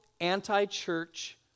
anti-church